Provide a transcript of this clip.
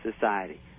society